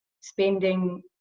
spending